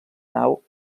nau